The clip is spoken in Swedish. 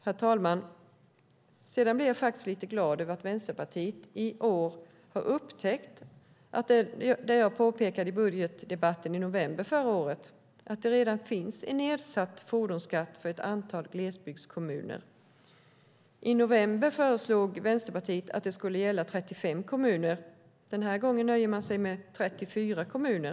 Herr talman! Sedan blev jag faktiskt lite glad över att Vänsterpartiet i år har upptäckt det jag påpekade i budgetdebatten i november förra året - att det redan finns en nedsatt fordonsskatt för ett antal glesbygdskommuner. I november föreslog Vänsterpartiet att det skulle gälla 35 kommuner. Denna gång nöjer de sig med 34 kommuner.